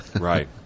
Right